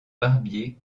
barbier